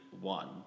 one